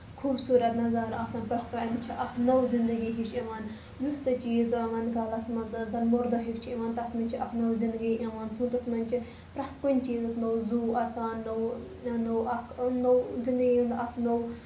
خوٗبصوٗرت نَظارٕ آسان پرٮ۪تھ کانہہ أمِس چھِ اکھ نٔو زِندگی ہِش یِوان یُس تہِ چیٖز وَندٕ کالَس منٛز زَن موٚردہ ہیوٗ چھِ یِوان تَتھ منٛز چھِ اکھ نٔو زِندگی یِوان سونٛتس منٛز چھِ پرٮ۪تھ کُنہِ چیٖزَن نوٚو زوٗ اَژان نوٚو اکھ نوٚو زِندگی ہُند اکھ نوٚو